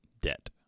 debt